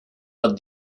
but